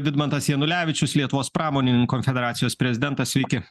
vidmantas janulevičius lietuvos pramonininkų konfederacijos prezidentas sveiki